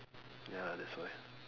ya that's why